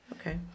Okay